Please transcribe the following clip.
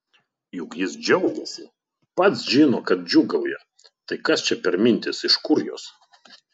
juk jis džiaugiasi pats žino kad džiūgauja tai kas čia per mintys iš kur jos